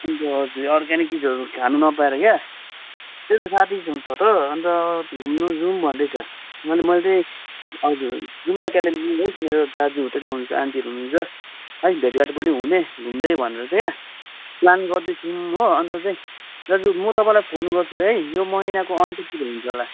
हुन्छ हजुर अर्ग्यानिक चिजहरू खानु नपाएर क्या त्यही त साथीहरू छ त अन्त घुम्नु जाउँ भन्दैछ मैले मैले चाहिँ हजुर हजुर जाउँ न कालिम्पोङ है मेरो दाजुहरू त्यतै हुनुहुन्छ आन्टीहरू हुनुहुन्छ है भेटघाट पनि हुने घुम्दै भनेर चाहिँ क्या प्लान गर्दैछौँ हो अन्त चाहिँ दाजु म तपाईँलाई फोन गर्छु है यो महिनाको अन्ततिर हुन्छ होला